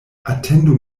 atendu